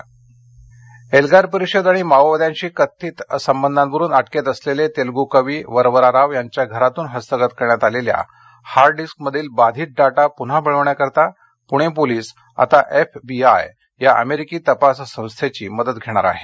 एल्गार एल्गार परिषद आणि माओवाद्यांशी असलेल्या कथित संबंधावरून अटकेत असलेले तेलुगू कवी वरवरा राव यांच्या घरातून हस्तगत करण्यात आलेल्या हार्ड डिस्कमधील बाधित डाटा पुन्हा मिळविण्यासाठी पुणे पोलीस आता एफबीआय या अमेरिकी तपास संस्थेची मदत घेणार आहेत